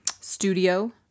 studio